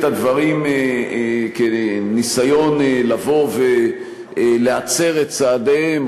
הדברים כניסיון לבוא ולהצר את צעדיהם,